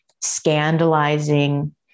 scandalizing